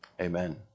Amen